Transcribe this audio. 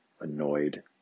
annoyed